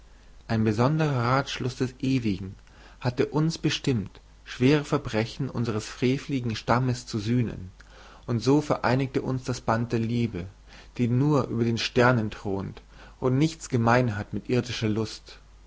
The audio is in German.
ein besonderer ratschluß des ewigen hatte uns bestimmt schwere verbrechen unseres freveligen stammes zu sühnen und so vereinigte uns das band der liebe die nur über den sternen thront und die nichts gemein hat mit irdischer lust